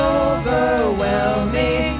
overwhelming